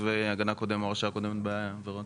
הגנה קודם או הרשעה קודמת בעבירות"?